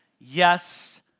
Yes